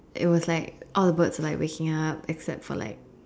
it was like all the birds were like waking up except for like